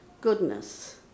goodness